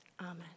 amen